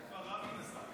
את זה כבר רבין עשה.